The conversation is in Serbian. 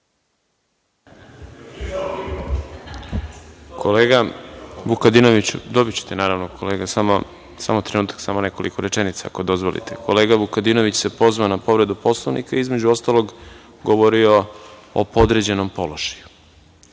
Vukadinović se pozvao na povredu Poslovnika, između ostalog govorio o podređenom položaju.